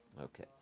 Okay